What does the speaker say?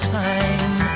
time